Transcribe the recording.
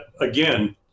Again